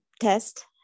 test